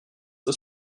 ist